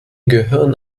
gehören